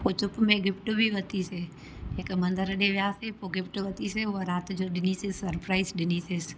पोइ चुप में गिफ्ट बि वरितीसीं हिकु मंदर ॾिए वियासीं पोइ गिफ्ट वरितीसीं उहा राति ॾिनीसीं सरप्राईज़ ॾिनीसीं